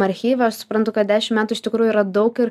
archyve aš suprantu kad dešim metų iš tikrųjų yra daug ir